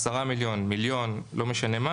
10 מיליון, מיליון, לא משנה מה